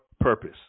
purpose